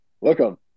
Welcome